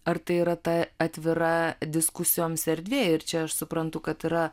ar tai yra ta atvira diskusijoms erdvė ir čia aš suprantu kad yra